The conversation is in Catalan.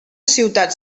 ciutat